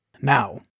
Now